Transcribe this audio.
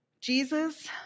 Jesus